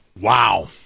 Wow